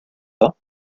pas